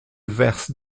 verse